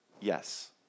Yes